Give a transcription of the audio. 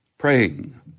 Praying